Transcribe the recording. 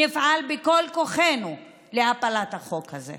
נפעל בכל כוחנו להפלת החוק הזה.